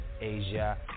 Asia